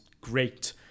great